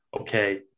okay